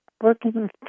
working